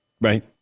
Right